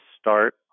start